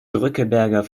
drückeberger